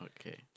okay